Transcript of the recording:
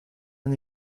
han